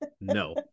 No